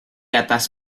atas